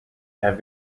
have